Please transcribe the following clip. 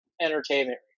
entertainment